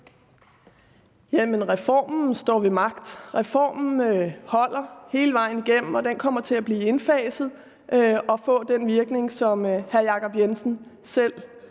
reformen står ved magt. Reformen holder hele vejen igennem, og den kommer til at blive indfaset og få den virkning, som hr. Jacob Jensen selv